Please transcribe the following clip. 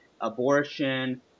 abortion